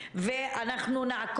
אני רק רוצה להגיד